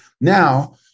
Now